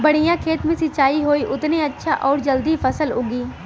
बढ़िया खेत मे सिंचाई होई उतने अच्छा आउर जल्दी फसल उगी